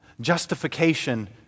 justification